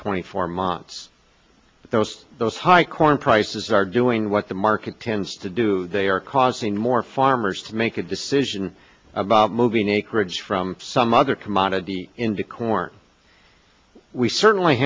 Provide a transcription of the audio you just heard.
twenty four months those those high corn prices are doing what the market tends to do they are causing more farmers to make a decision about moving acreage from some other commodity indeed corn we certainly